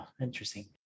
interesting